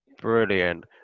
Brilliant